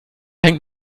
hängt